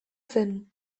zen